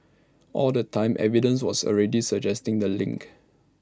all the time evidence was already suggesting the link